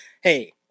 Hey